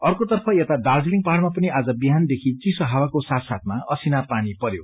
अर्कोतर्फ यता दार्जीलिङ पहाड़मा पनि आज बिहान देखि चिसो हावाको साथ साथमा असिना पानी परयो